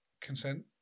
Consent